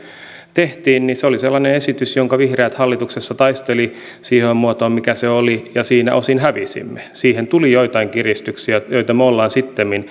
tehtiin oli sellainen esitys jonka vihreät hallituksessa taisteli siihen muotoon mikä se oli ja siinä osin hävisimme siihen tuli joitain kiristyksiä joita me olemme sittemmin